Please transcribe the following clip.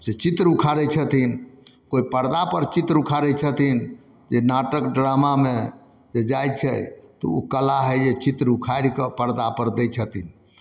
से चित्र उखाड़ै छथिन कोइ परदापर चित्र उखाड़ै छथिन जे नाटक ड्रामामे जे जाइ छै तऽ ओ कला हइ जे चित्र उखाड़िकऽ परदापर दै छथिन